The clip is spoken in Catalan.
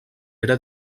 era